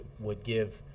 would give